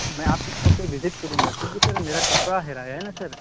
میں آپ کی شاپ پہ وزٹ کروں گا کیونکہ سر میرا کپڑا ہیرایا ہے نا سر